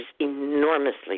enormously